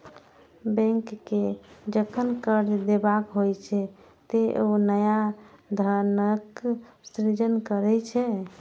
bank कें जखन कर्ज देबाक होइ छै, ते ओ नया धनक सृजन करै छै